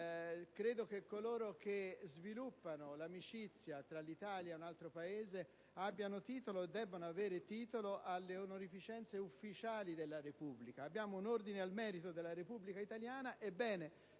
e che coloro che sviluppano l'amicizia tra l'Italia e un altro Paese debbano avere titolo alle onorificenze ufficiali della Repubblica. Abbiamo un Ordine al merito della Repubblica italiana: